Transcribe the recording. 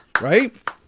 Right